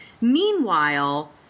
Meanwhile